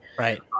Right